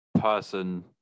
person